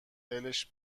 دلش